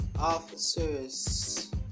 officers